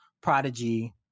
prodigy